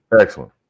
Excellent